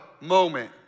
moment